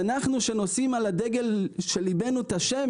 אנחנו שנושאים על הדגל של ליבנו את השם